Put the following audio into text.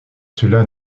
cela